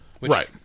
Right